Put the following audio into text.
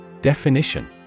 Definition